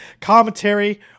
commentary